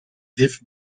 deaf